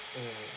mm